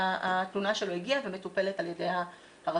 שהתלונה שלו הגיעה ומטופלת על ידי הרשות.